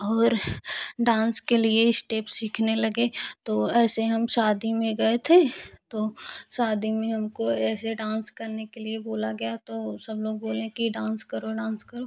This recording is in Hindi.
और डांस के लिए स्टेप सीखने लगे तो ऐसे हम शादी में गये थे तो शादी में हमको ऐसे डांस करने के लिए बोला गया तो सब लोग बोले की डांस करो डांस करो